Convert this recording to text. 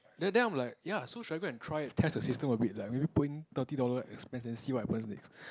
then then I'm like ya so should I go and try and test the system a bit like maybe put in thirty dollar expense then see what happens next